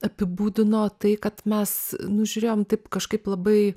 apibūdino tai kad mes nu žiūrėjom taip kažkaip labai